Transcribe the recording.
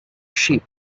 sheep